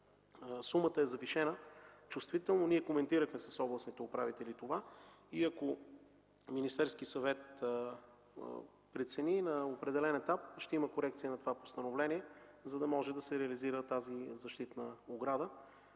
сумата е завишена чувствително. Ние коментирахме с областните управители това. Ако Министерският съвет прецени, на определен етап ще има корекция на това постановление, за да може да се реализира тази защитна ограда.